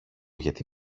γιατί